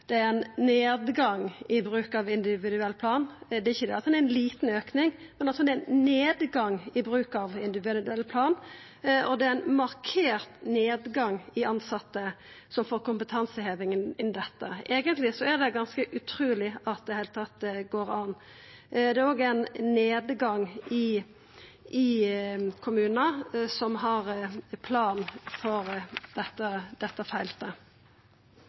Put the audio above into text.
svar på. Ein ser det er ein nedgang i bruk av individuell plan, ikkje ei lita auke, men ein nedgang i bruk av individuell plan og ein markert nedgang i tilsette som får kompetanseheving innan dette – eigentleg ganske utruleg at det i det heile går. Det er òg ein nedgang i kommunar som har ein plan for dette feltet.